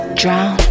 drown